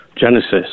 Genesis